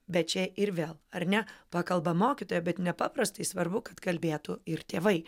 bet čia ir vėl ar ne pakalba mokytoja bet nepaprastai svarbu kad kalbėtų ir tėvai